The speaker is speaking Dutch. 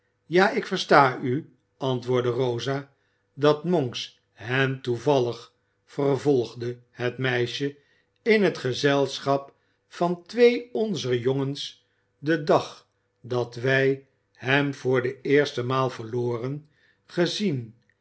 ja ik versta u antwoordde rosa dat monks hen toevallig vervolgde het meisje in het gezelschap van twee onzer jongens den dag dat wij hem voor de eerste maal verloren gezien